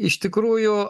iš tikrųjų